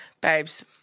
babes